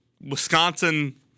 Wisconsin